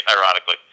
ironically